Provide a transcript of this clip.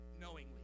knowingly